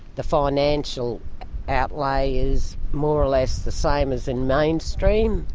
the financial outlay is more or less the same as in mainstream.